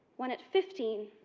when at fifteen,